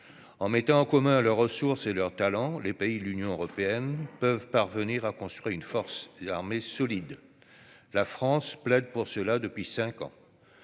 En mettant en commun leurs ressources et leurs talents, les pays de l'Union européenne peuvent parvenir à construire une force armée solide. La France plaide pour cela depuis cinq ans.